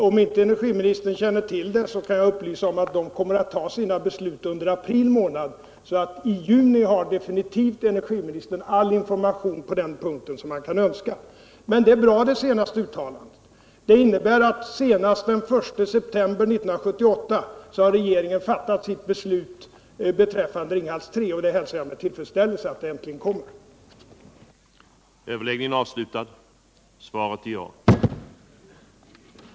Herr talman! Om energiministern inte känner till det, så skall jag upplysa om att de båda myndigheterna kommer att fatta beslut under april månad. I juni har energiministern alltså definitivt all den information som man kan önska på den punkten. Men det senaste uttalandet är bra, för det innebär att senast den 1 september 1978 har regeringen fattat sitt beslut rörande Ringhals 3. Jag hälsar med stor tillfredsställelse att det beskedet äntligen kommer.